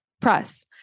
press